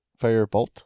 Firebolt